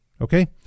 okay